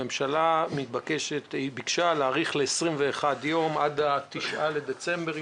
הממשלה ביקשה להאריך ל-21 יום, עד ה-9 בדצמבר.